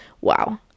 Wow